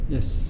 Yes